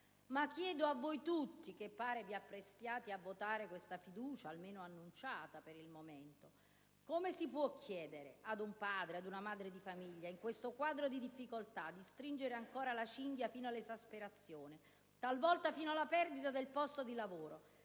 Ma chiedo a voi tutti, che pare vi apprestiate a votare questa fiducia, almeno annunciata per il momento: come si può chiedere ad un padre, ad una madre di famiglia, in questo quadro di difficoltà, di stringere ancora la cinghia fino all'esasperazione, talvolta fino alla perdita del posto di lavoro,